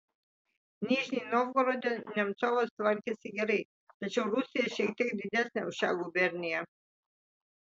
nižnij novgorode nemcovas tvarkėsi gerai tačiau rusija šiek tiek didesnė už šią guberniją